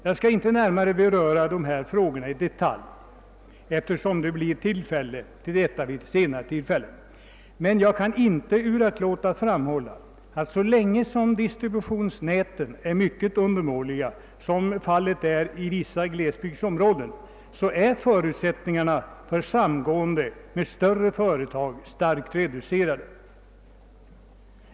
Jag skall inte beröra dessa frågor i detalj, eftersom det blir tillfälle därtill senare, men jag kan inte uraktlåta att framhålla, att så länge som distributionsnäten är mycket undermåliga, som fallet är i vissa glesbygdsområden, är förutsättningarna för samgående med större företag starkt reducerade.